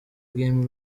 game